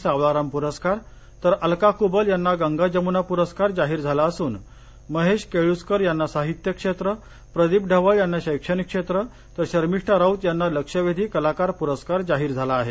सावळाराम पुरस्कार तर अलका कुबल यांना गंगा जमुना पुरस्कार जाहीर झाला असून महेश केळूस्कर यांना साहित्य क्षेत्र प्रदीप ढवळ यांना शैक्षणिक कार्य तर शर्मिष्ठा राऊत यांना लक्षेवधी कलाकार पुरस्कार जाहीर झाला आहे